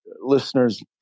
listeners